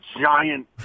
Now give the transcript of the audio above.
giant